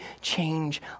change